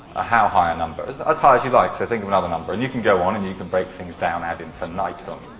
how high a number? as as high as you'd like. so, think of another number. and you can go on and you you can bring things down ad infinitum.